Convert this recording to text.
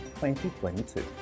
2022